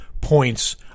points